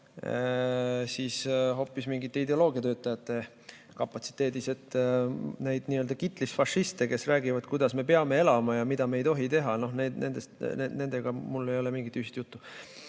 hoopis mingite ideoloogiatöötajate kapatsiteedis. Need n-ö kitlis fašistid, kes räägivad, kuidas me peame elama ja mida me ei tohi teha, nendega mul ei ole mingit ühist juttu. Ja